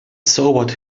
sobered